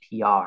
PR